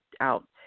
out